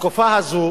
בתקופה הזו